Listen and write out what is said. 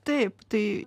taip tai